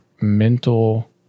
mental